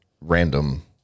random